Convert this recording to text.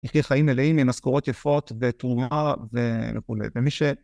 נחיה חיים מלאים, עם משכורות יפות ותרומה וכולי, ומי ש...